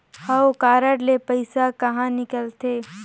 हव कारड ले पइसा कहा निकलथे?